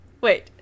wait